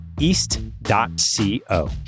East.co